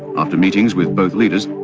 after meetings with both leaders,